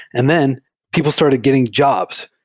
and then people started getting jobs,